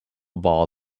ball